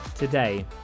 Today